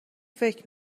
فکر